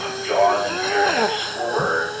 um jaws in internet explorer.